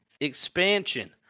expansion